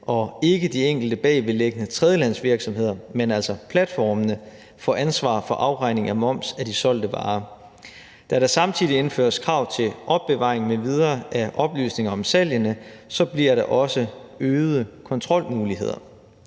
og ikke de enkelte bagvedliggende tredjelandsvirksomheder, men altså platformene, få ansvar for afregning af moms af de solgte varer. Da der samtidig indføres krav til opbevaring m.v. af oplysninger om salgene, bliver der også øgede kontrolmuligheder.